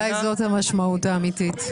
אולי זאת המשמעות האמיתית.